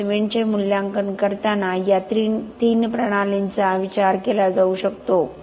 तर सिमेंटचे मूल्यांकन करताना या तीन प्रणालींचा विचार केला जाऊ शकतो